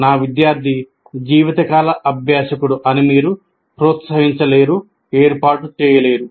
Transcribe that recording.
నా విద్యార్థి జీవితకాల అభ్యాసకుడు అని మీరు ప్రోత్సహించలేరు ఏర్పాటు చేయలేరు